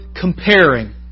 comparing